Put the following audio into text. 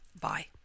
bye